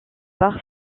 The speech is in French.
par